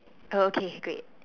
oh okay great